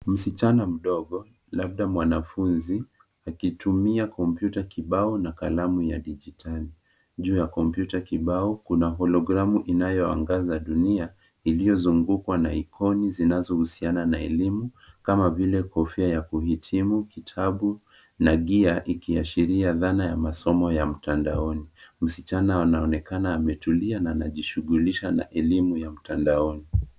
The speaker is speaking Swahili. Msichana mdogo labda mwanafunzi akitumia kompyuta kibao na kalamu ya digtali. Juu ya kompyuta kibao kuna hologramu inayoangaza dunia iliyozungukwa na ikoni zinazohusiana na elimu kama vile kofia ya kuhitmu, kitabu na gear ikiashiria dhana ya masomo ya mtandaoni. Msichana anaonekana ametulia na anajishughulisha na elimu ya mtandaoni.